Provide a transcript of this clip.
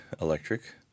electric